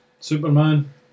Superman